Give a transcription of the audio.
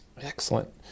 Excellent